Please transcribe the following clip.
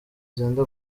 zenda